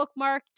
bookmarked